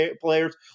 players